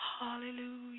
Hallelujah